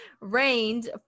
rained